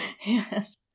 Yes